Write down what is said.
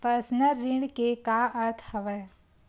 Personal ऋण के का अर्थ हवय?